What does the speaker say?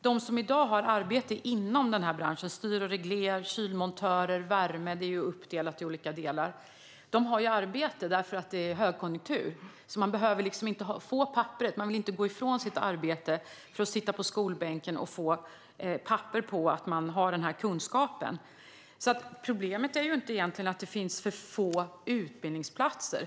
De som i dag har arbete inom denna bransch - det handlar om styr och reglerteknik, kylmontörer och värme; det är ju uppdelat i olika delar - har arbete eftersom det är högkonjunktur. De behöver liksom inte få papperet. De vill inte gå ifrån sitt arbete för att sitta på skolbänken och få papper på att de har denna kunskap. Problemet är egentligen inte att det finns för få utbildningsplatser.